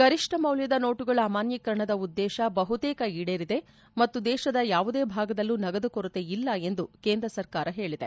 ಗರಿಷ್ಣ ಮೌಲ್ಲದ ನೋಟುಗಳ ಅಮಾನ್ಗೀಕರಣದ ಉದ್ದೇಶ ಬಹುತೇಕ ಈಡೇರಿದೆ ಮತ್ತು ದೇಶದ ಯಾವುದೇ ಭಾಗದಲ್ಲೂ ನಗದು ಕೊರತೆ ಇಲ್ಲ ಎಂದು ಕೇಂದ್ರ ಸರ್ಕಾರ ಹೇಳಿದೆ